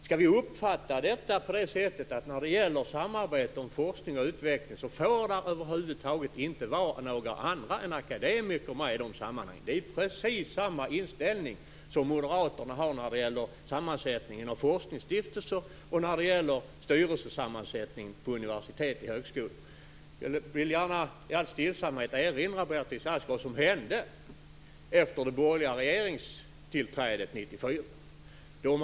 Skall vi uppfatta detta på det sättet att när det gäller samarbetet om forskning och utveckling får det inte vara några andra än akademiker med i de sammanhangen? Det är precis samma inställning som moderaterna har i fråga om sammansättningen av forskningsstiftelser och styrelsesammansättning på universitet och högskolor. Jag vill i all stillsamhet erinra Beatrice Ask om vad som hände efter det borgerliga regeringstillträdet 1994.